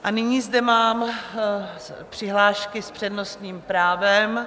A nyní zde mám přihlášky s přednostním právem.